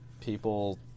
people